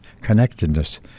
connectedness